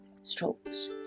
strokes